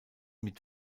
mit